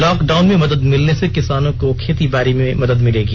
lockdown में मदद मिलने से किसानों को खेती बारी करने में मदद मिलेगी